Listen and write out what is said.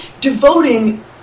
devoting